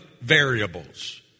variables